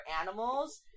animals